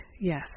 Yes